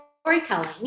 storytelling